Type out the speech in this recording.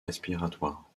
respiratoires